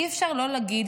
אי-אפשר לא להגיד